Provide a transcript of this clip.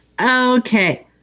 Okay